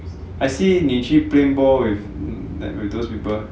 I see 你去 play ball with that with those people